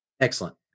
Excellent